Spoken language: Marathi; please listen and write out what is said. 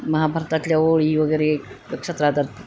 महाभारतातल्या ओळी वगैरे लक्षात राहतात